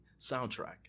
soundtrack